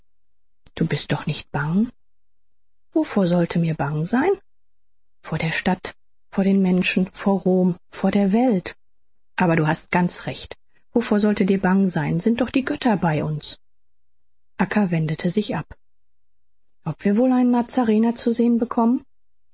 dir ist doch nicht bang wovor sollte mir bang sein vor der stadt vor den menschen vor rom vor der welt aber du hast ganz recht wovor sollte dir bang sein sind doch die götter bei uns acca wendete sich ab ob wir wohl einen nazarener zu sehen bekommen